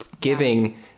giving